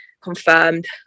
confirmed